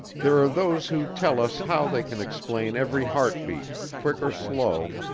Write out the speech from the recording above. there are those who tell us how they can explain every heart-beat, quick or slow,